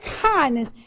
kindness